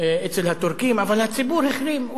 אצל הטורקים, אבל הציבור החרים.